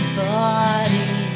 body